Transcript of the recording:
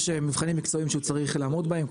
יש מבחנים מקצועיים שהוא צריך לעמוד בהם,